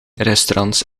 restaurants